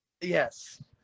Yes